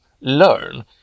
learn